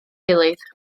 gilydd